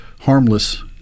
harmless